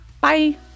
Bye